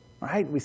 right